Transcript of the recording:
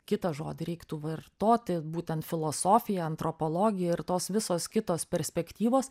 kitą žodį reiktų vartoti būtent filosofija antropologija ir tos visos kitos perspektyvos